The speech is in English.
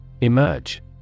Emerge